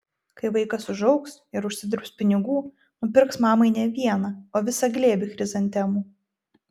kai vaikas užaugs ir užsidirbs pinigų nupirks mamai ne vieną o visą glėbį chrizantemų